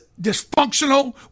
dysfunctional